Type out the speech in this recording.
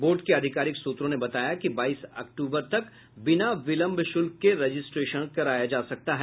board के अधिकारिक सूत्रों ने बताया कि बाईस अक्टूबर तक बिना विलंब शुल्क के रजिस्ट्रेशन कराया जा सकता है